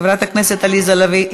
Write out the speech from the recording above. חברת הכנסת עליזה לביא,